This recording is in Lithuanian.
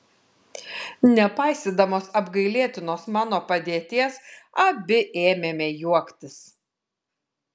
nepaisydamos apgailėtinos mano padėties abi ėmėme juoktis